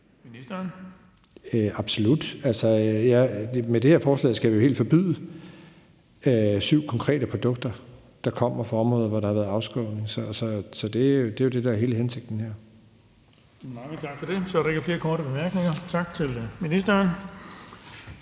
Bruus): Absolut. Altså, med det her forslag skal vi jo helt forbyde syv konkrete produkter, der kommer fra områder, hvor der har været afskovning, så det er jo det, der er hele hensigten her. Kl. 20:26 Den fg. formand (Erling Bonnesen): Så er der ikke flere korte bemærkninger. Tak til ministeren.